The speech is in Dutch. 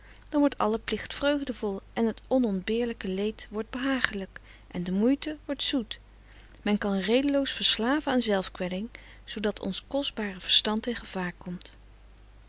dan wordt alle plicht vreugdevol en het onontbeerlijke leed wordt behagelijk en de moeite wordt zoet men kan redeloos verslaven aan zelfkwelling zoodat ons kostbare verstand in gevaar komt